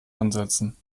ansetzen